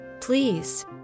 Please